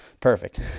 Perfect